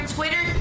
Twitter